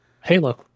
Halo